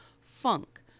funk